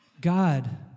God